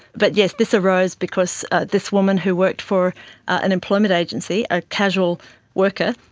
but yes, this arose because this woman who worked for an employment agency, a casual worker,